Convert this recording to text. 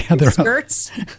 skirts